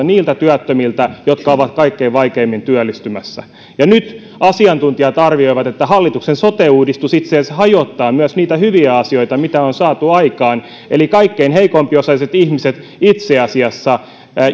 niiltä työttömiltä jotka ovat kaikkein vaikeimmin työllistymässä ja nyt asiantuntijat arvioivat että hallituksen sote uudistus itse asiassa hajottaa myös niitä hyviä asioita mitä on saatu aikaan eli kaikkein heikko osaisimmat ihmiset itse asiassa